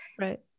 Right